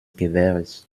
gewehres